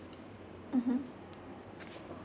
mmhmm